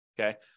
Okay